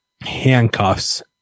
handcuffs